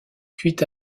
cuit